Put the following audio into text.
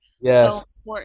Yes